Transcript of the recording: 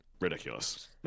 ridiculous